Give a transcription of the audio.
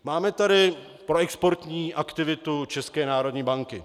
Máme tady proexportní aktivitu České národní banky.